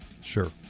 Sure